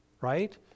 right